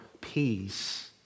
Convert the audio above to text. peace